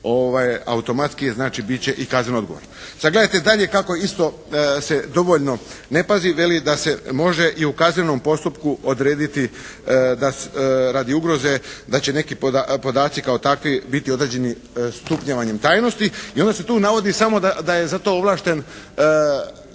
automatski znači bit će i kazneno odgovoran. Sad gledajte dalje kako isto se dovoljno ne pazi. Veli da se može i u kaznenom postupku odrediti radi ugroze da će neki podaci kao takvi biti određeni stupnjevanjem tajnosti i onda se tu navodi samo da je za to ovlašten